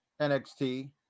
NXT